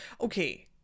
Okay